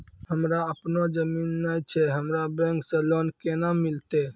हमरा आपनौ जमीन नैय छै हमरा बैंक से लोन केना मिलतै?